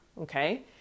Okay